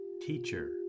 Teacher